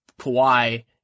Kawhi